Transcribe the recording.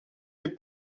est